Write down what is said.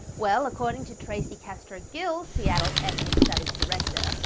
well, according to tracy castro-gill, seattle's ethnic studies director,